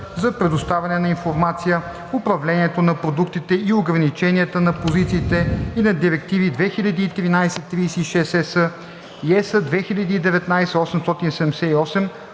за предоставяне на информация, управлението на продуктите и ограниченията на позициите и на директиви 2013/36/ЕС и (ЕС) 2019/878